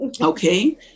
Okay